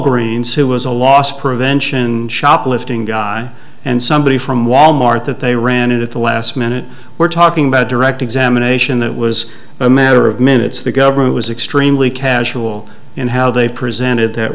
greens who was a loss prevention shoplifting guy and somebody from wal mart that they ran it at the last minute we're talking about direct examination it was a matter of minutes the government was extremely casual in how they presented th